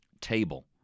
table